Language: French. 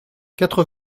quatre